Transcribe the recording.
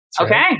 okay